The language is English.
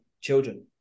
children